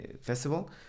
festival